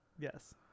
Yes